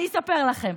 אני אספר לכם: